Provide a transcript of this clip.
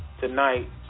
tonight